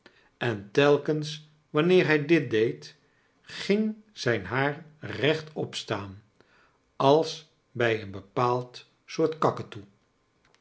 en telkens wanneer hij dit deed ging zijn haar rechtop staan als bij een bepaald soort kakatoe